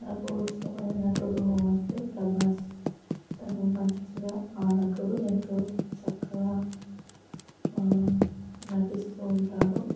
నాకు ఇష్టమైన నటుడు అంటే ప్రభాస్ తను మంచిగా ఆ నటుడు ఎంతో చక్కగా నటిస్తూ ఉంటాడు